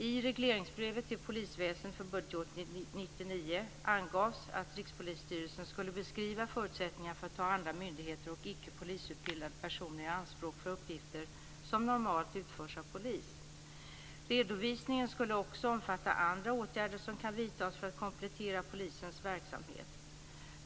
I regleringsbrevet till polisväsendet för budgetåret 1999 angavs att Rikspolisstyrelsen skulle beskriva förutsättningarna för att ta andra myndigheter och icke polisutbildade personer i anspråk för uppgifter som normalt utförs av polis. Redovisningen skulle också omfatta andra åtgärder som kan vidtas för att komplettera polisens verksamhet.